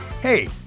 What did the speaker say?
Hey